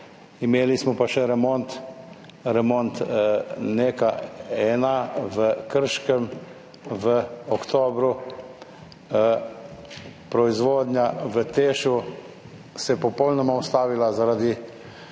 imeli smo pa še remont NEK1 v Krškem v oktobru. Proizvodnja v Tešu se je popolnoma ustavila zaradi